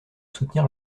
soutenir